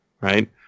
Right